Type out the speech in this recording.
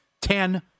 ten